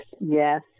Yes